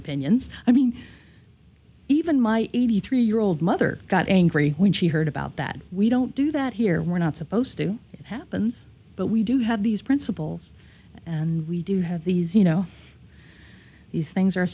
opinions i mean even my eighty three year old mother got angry when she heard about that we don't do that here we're not supposed to it happens but we do have these principles and we do have these you know these things are